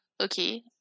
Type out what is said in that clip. Okay